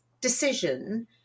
decision